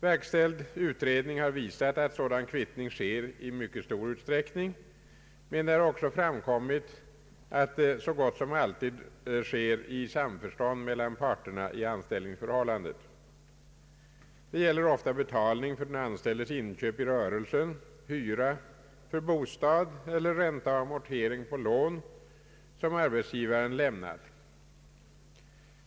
Verkställd utredning har visat att sådan kvittning sker i mycket stor utsträckning, men det har också framkommit att det så gott som alltid sker i samförstånd mellan parterna i anställningsförhållandet. Det gäller ofta betalning för den anställdes inköp i rörelsen, hyra för bostad eller ränta och amortering på lån som arbetsgivaren lämnat.